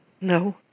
No